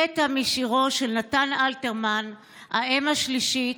קטע משירו של נתן אלתרמן "האם השלישית",